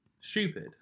stupid